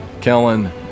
Kellen